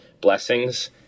blessings